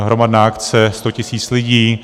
Hromadná akce, 100 tisíc lidí.